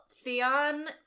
Theon